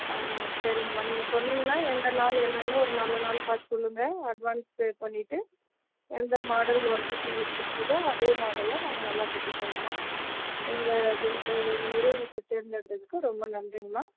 ஆ சரிங்கமா நீங்கள் சொன்னிங்கனால் எந்த நாள் என்னெனு ஒரு நல்ல நாள் பார்த்து சொல்லுங்க அட்வான்ஸ் பே பண்ணிவிட்டு எந்த மாடல் ஒர்க் உங்களுக்கு பிடிச்சிதோ அதே மாடல் நல்லா கட்டித்தரோம்மா எங்கள் பில்டி நிறுவனத்தை தேர்ந்தெடுத்ததுக்கு ரொம்ப நன்றிங்கமா